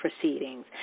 proceedings